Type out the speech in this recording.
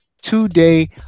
today